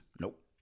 Nope